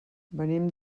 venim